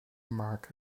mark